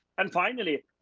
and, finally,